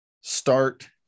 start